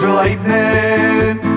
lightning